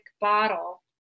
bottle